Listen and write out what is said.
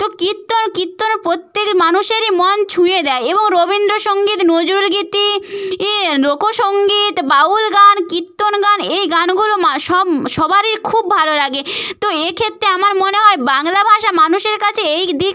তো কীর্তন কীর্তনও প্রত্যেক মানুষেরই মন ছুঁয়ে দেয় এবং রবীন্দ্রসঙ্গীত নজরুলগীতি ইয়ে লোকসঙ্গীত বাউল গান কীর্তন গান এই গানগুলো সবারই খুব ভালো লাগে তো এক্ষেত্রে আমার মনে হয় বাংলা ভাষা মানুষের কাছে এই দিক